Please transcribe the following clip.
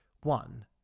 one